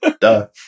Duh